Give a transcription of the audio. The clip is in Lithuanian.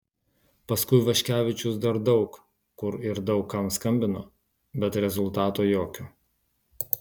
paskui vaškevičius dar daug kur ir daug kam skambino bet rezultato jokio